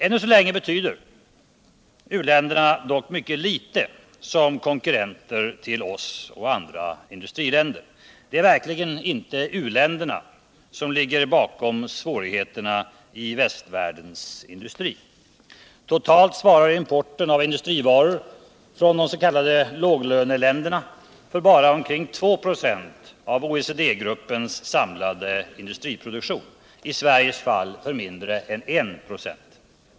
Ännu så länge betyder u-länderna dock mycket litet som konkurrenter till Sverige och andra industriländer. Det är verkligen inte u-länderna som ligger bakom svårigheterna i västvärldens industri. Totalt svarar importen av industrivaror från de s.k. låglöneländerna för bara omkring 276 av OECD-gruppens samlade industriproduktion, i Sveriges fall för mindre än 1 26.